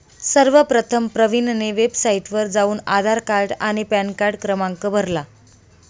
सर्वप्रथम प्रवीणने वेबसाइटवर जाऊन आधार कार्ड आणि पॅनकार्ड क्रमांक भरला